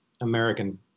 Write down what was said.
American